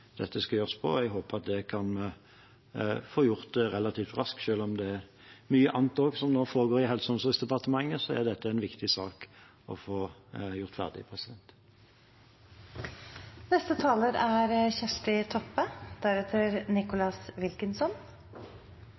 dette skal gjøres på, og jeg håper vi kan få gjort det relativt raskt. Selv om det også er mye annet som nå foregår i Helse- og omsorgsdepartementet, er dette en viktig sak å få gjort ferdig. Det er